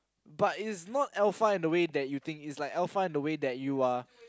but is not alpha in the way that you think is but alpha in a way that you are